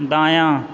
दायाँ